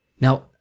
Now